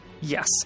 Yes